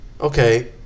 okay